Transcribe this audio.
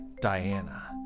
Diana